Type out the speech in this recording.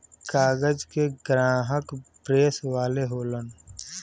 कागज के ग्राहक प्रेस वाले होलन